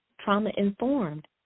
trauma-informed